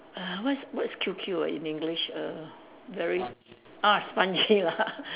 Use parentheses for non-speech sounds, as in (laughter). err what's what is Q Q ah in English err very ah spongy lah (laughs)